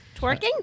Twerking